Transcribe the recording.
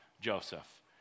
Joseph